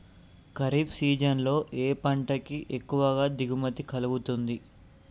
Kharif season లో ఏ పంట కి ఎక్కువ దిగుమతి కలుగుతుంది?